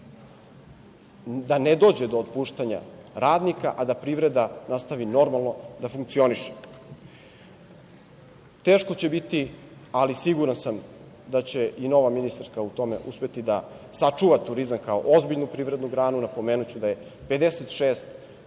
da ne dođe do otpuštanja radnika, a da privreda nastavi normalno da funkcioniše. Teško će biti, ali siguran sam da će i nova ministarka u tome uspeti, da sačuva turizam kao ozbiljnu privrednu granu. Napomenuću da je 56%